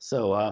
so,